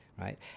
right